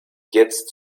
jetzt